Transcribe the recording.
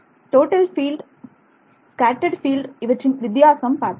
total field scattered field இவற்றின் வித்தியாசம் பார்த்தோம்